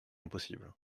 impossible